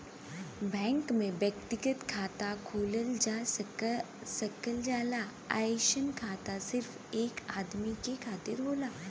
bank में व्यक्तिगत खाता खोलल जा सकल जाला अइसन खाता सिर्फ एक आदमी के खातिर होला